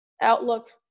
outlook